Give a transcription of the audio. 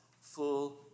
full